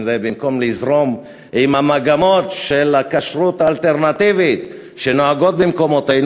במקום לזרום עם המגמות של הכשרות האלטרנטיבית שנוהגות במקומותינו?